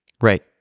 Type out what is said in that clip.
Right